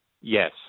Yes